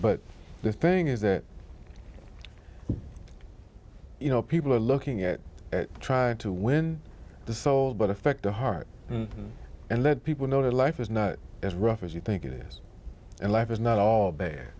but the thing is that you know people are looking at trying to win the soul but affect the heart and let people know that life is not as rough as you think it is and life is not all